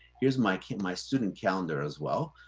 here's my kid my student calendar as well.